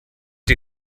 die